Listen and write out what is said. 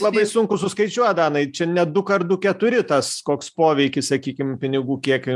labai sunku suskaičiuot danai čia ne du kart du keturi tas koks poveikis sakykim pinigų kiekio